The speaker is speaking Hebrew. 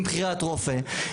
עם בחירת רופא,